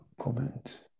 comment